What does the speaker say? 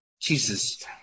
Jesus